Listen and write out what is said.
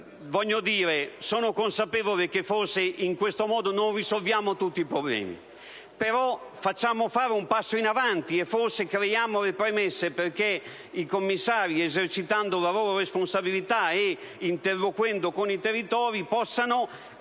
non considerare. Sono consapevole che forse in questo modo non risolviamo tutti i problemi. Però facciamo fare un passo in avanti e forse creiamo le premesse perché i commissari, esercitando la loro responsabilità e interloquendo con i territori, possano